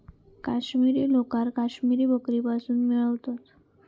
काश्मिरी लोकर काश्मिरी बकरीपासुन मिळवतत